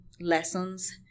lessons